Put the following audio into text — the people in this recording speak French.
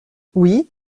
oui